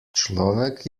človek